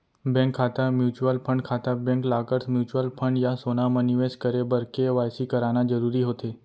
bank खाता, mutual fund खाता, bank lockers, mutual fund या सोना म निवेस करे बर के.वाई.सी कराना जरूरी होथे